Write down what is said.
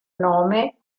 nome